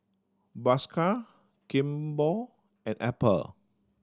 Bershka Kimball and Apple